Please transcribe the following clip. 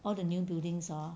all the new buildings hor